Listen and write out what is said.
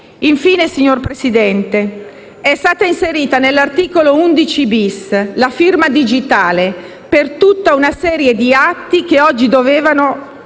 Infine, signor Presidente, è stata inserita nell'articolo 11-*bis* la firma digitale, per tutta una serie di atti. Si segnala,